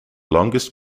longest